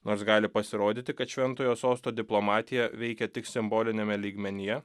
nors gali pasirodyti kad šventojo sosto diplomatija veikia tik simboliniame lygmenyje